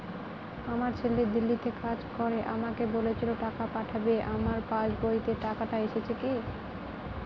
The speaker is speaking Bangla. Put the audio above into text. আমার ছেলে দিল্লীতে কাজ করে আমাকে বলেছিল টাকা পাঠাবে আমার পাসবইতে টাকাটা এসেছে কি?